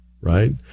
right